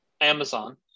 Amazon